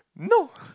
no